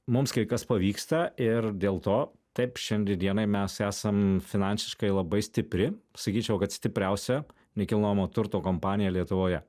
mums kai kas pavyksta ir dėl to taip šiandie dienai mes esam finansiškai labai stipri sakyčiau kad stipriausia nekilnojamo turto kompanija lietuvoje